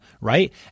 right